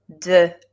de